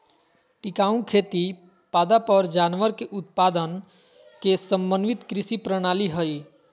टिकाऊ खेती पादप और जानवर के उत्पादन के समन्वित कृषि प्रणाली हइ